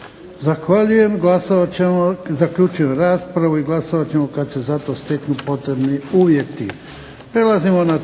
Zahvaljujem. Zaključujem raspravu. Glasovat ćemo kad se za to steknu potrebni uvjeti.